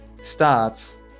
starts